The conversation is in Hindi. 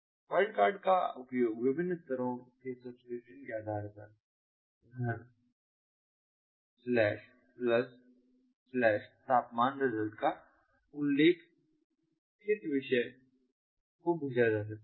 वाइल्डकार्ड का उपयोग विभिन्न स्तरों के सब्सक्रिप्शन के आधार पर घर तापमान रिजल्ट पहले उल्लेखित विषय को भेजा जा सकता है